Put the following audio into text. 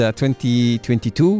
2022